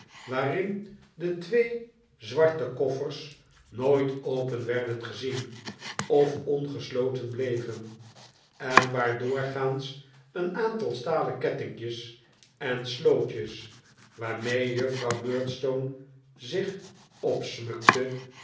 waarin de twee zwarte koffers nooit open werden gezien of ongesloten bleven en waar doorgaans een aantal stalen kettinkjes en slootjes waarmee juffrouw murdstone zich